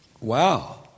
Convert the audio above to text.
Wow